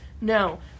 No